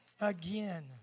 again